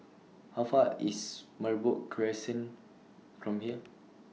How Far IS Merbok Crescent from here